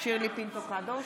שירלי פינטו קדוש,